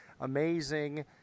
Amazing